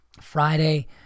Friday